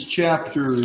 chapter